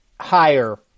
higher